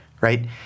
right